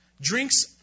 Drinks